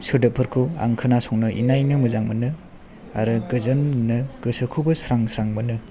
सोदोबफोरखौ खोनासंनो आं इनायनो मोजां मोनो आरो गोजोन गोसोखौबो स्रां स्रां मोनो